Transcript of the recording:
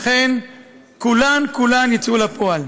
אכן כולן כולן יצאו לפועל.